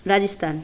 Rajasthan